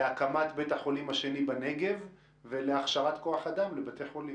לצורך הקמת בית החולים השני בנגב ולהכשרת כוח אדם לבתי חולים?